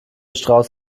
strauß